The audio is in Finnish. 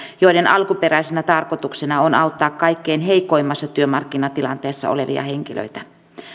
joiden alkuperäisenä tarkoituksena on auttaa kaikkein heikoimmassa työmarkkinatilanteessa olevia henkilöitä